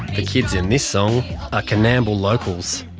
the kids in this song are coonamble locals.